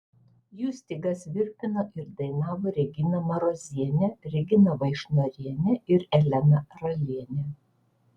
jų stygas virpino ir dainavo regina marozienė regina vaišnorienė ir elena ralienė